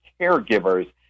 caregivers